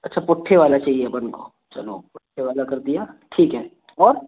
अच्छा पुट्ठे वाला चाहिए अपन को चलो पुट्ठे वाला कर दिया ठीक है और